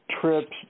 trips